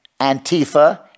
Antifa